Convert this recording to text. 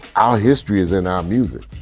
our history is in our music.